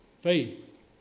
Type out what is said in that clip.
faith